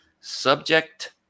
subject